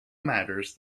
matters